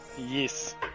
Yes